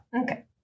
Okay